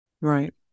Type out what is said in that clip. Right